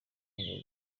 rwango